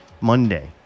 Monday